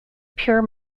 pure